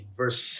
verse